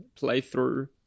playthrough